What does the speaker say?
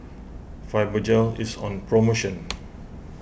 Fibogel is on promotion